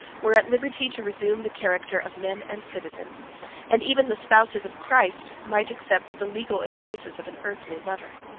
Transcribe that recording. were at liberty to resume the character of men and citizens and even the spouses of christ might accept the legal embraces of an earthly lover.